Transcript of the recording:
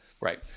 Right